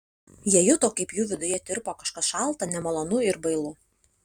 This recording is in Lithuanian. jie juto kaip jų viduje tirpo kažkas šalta nemalonu ir bailu